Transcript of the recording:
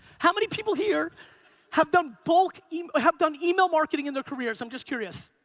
how many people here have done bulk email, have done email marketing in their careers, i'm just curious?